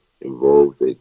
involved